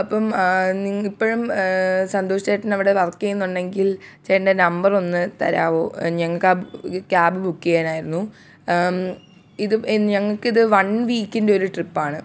അപ്പം നിങ്ങൾ ഇപ്പഴും സന്തോഷ് ചേട്ടനവിടെ വർക്ക് ചെയ്യുന്നുണ്ടെങ്കിൽ ചേട്ടൻറ്റെ നമ്പറ് ഒന്ന് തരാമോ ആ ക്യാബ് ബുക്ക് ചെയ്യാനായിരുന്നു ഇത് ഞങ്ങൾക്ക് ഇത് വൺ വീക്കിൻറ്റെ ഒരു ട്രിപ്പാണ്